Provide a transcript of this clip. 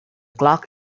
clock